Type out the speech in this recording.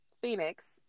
phoenix